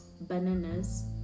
bananas